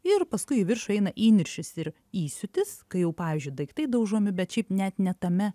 ir paskui į viršų eina įniršis ir įsiūtis kai jau pavyzdžiui daiktai daužomi bet šiaip net ne tame